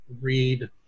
read